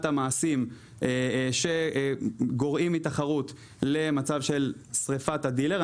המעשים שגורעים מתחרות למצב של שריפת הדילר.